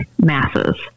masses